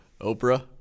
Oprah